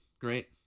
Great